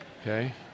Okay